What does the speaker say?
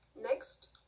Next